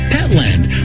Petland